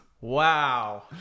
Wow